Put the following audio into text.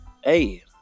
hey